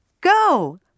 Go